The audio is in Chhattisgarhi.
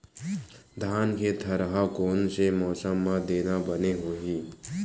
धान के थरहा कोन से मौसम म देना बने होही?